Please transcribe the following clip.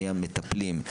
מי המטפלים,